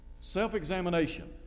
self-examination